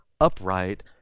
upright